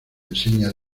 enseña